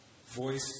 voice